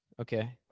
Okay